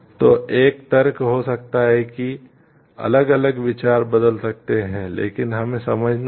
तो एक तर्क हो सकता है कि अलग अलग विचार बदल सकते हैं लेकिन हमें समझना होगा